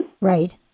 Right